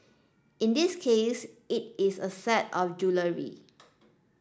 in this case it is a set of jewellery